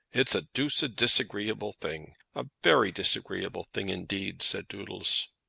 it's a doosed disagreeable thing a very disagreeable thing indeed, said doodles.